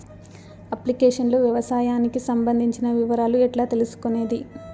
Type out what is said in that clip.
Application లో వ్యవసాయానికి సంబంధించిన వివరాలు ఎట్లా తెలుసుకొనేది?